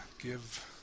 give